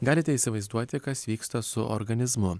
galite įsivaizduoti kas vyksta su organizmu